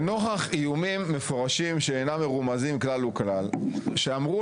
לנוכח איומים מפורשים שאינם מרומזים כלל וכלל שאמרו